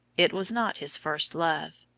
it was not his first love.